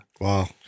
Wow